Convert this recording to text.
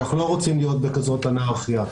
ואנחנו לא רוצים להיות בכזאת אנרכיה.